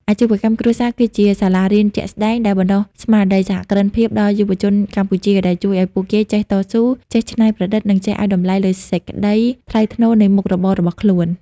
អាជីវកម្មគ្រួសារគឺជាសាលារៀនជាក់ស្ដែងដែលបណ្ដុះស្មារតីសហគ្រិនភាពដល់យុវជនកម្ពុជា ដែលជួយឱ្យពួកគេចេះតស៊ូ ចេះច្នៃប្រឌិត និងចេះឱ្យតម្លៃលើសេចក្ដីថ្លៃថ្នូរនៃមុខរបររបស់ខ្លួន។